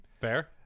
Fair